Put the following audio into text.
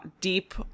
deep